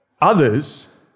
Others